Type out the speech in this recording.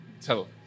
tell